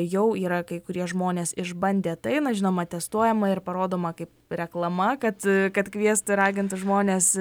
jau yra kai kurie žmonės išbandę tai na žinoma testuojama ir parodoma kaip reklama kad kad kviesti raginti žmones